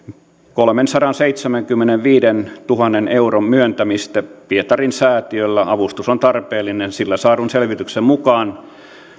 kolmensadanseitsemänkymmenenviidentuhannen euron myöntämistä pietari säätiölle avustus on tarpeellinen sillä saadun selvityksen mukaan